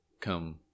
come